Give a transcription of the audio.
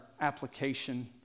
application